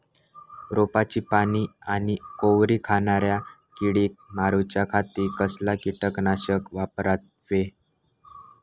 रोपाची पाना आनी कोवरी खाणाऱ्या किडीक मारूच्या खाती कसला किटकनाशक वापरावे?